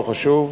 לא חשוב,